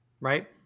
right